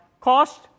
Cost